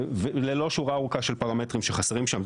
ללא שורה ארוכה של פרמטרים שחסרים שם,